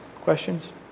questions